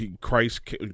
Christ